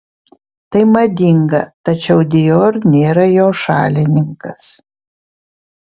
tai madinga tačiau dior nėra jo šalininkas